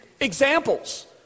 examples